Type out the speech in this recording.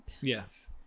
yes